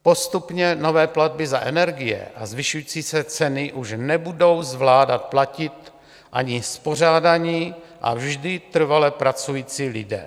Postupně nové platby za energie a zvyšující se ceny už nebudou zvládat platit ani spořádaní a vždy trvale pracující lidé.